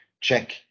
check